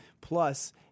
Plus